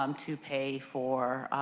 um to pay for